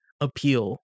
appeal